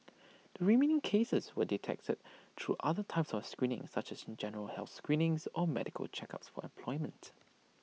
the remaining cases were detected through other types of screening such as general health screening or medical checks for employment